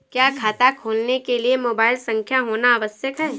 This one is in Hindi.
क्या खाता खोलने के लिए मोबाइल संख्या होना आवश्यक है?